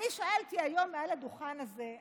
אני שאלתי היום מעל הדוכן הזה,